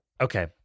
Okay